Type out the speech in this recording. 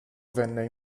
venne